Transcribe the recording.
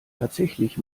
tatsächlich